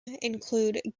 include